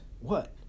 What